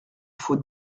faut